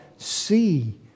See